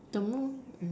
the